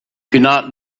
cannot